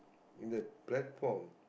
in the platform